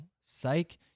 psych